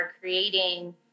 creating